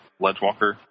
Ledgewalker